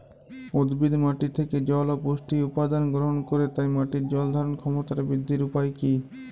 উদ্ভিদ মাটি থেকে জল ও পুষ্টি উপাদান গ্রহণ করে তাই মাটির জল ধারণ ক্ষমতার বৃদ্ধির উপায় কী?